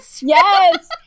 Yes